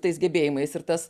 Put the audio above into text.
tais gebėjimais ir tas